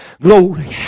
Glory